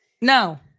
no